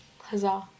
Huzzah